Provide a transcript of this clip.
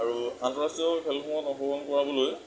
আৰু আন্তঃৰাষ্ট্ৰীয় খেলসমূহত অংশগ্ৰহণ কৰাবলৈ